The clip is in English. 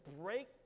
break